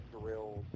drills